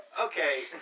okay